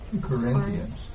Corinthians